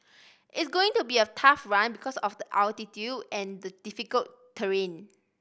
it's going to be a tough run because of the altitude and the difficult terrain